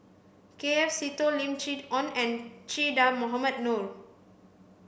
K F Seetoh Lim Chee Onn and Che Dah Mohamed Noor